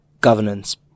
governance